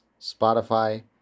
Spotify